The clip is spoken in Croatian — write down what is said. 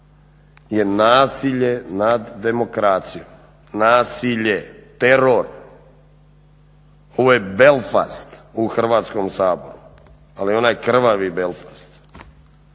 je nasilje nad demokracijom, nasilje, teror. Ovo je Belfast u Hrvatskom saboru, ali onaj krvavi Belfast,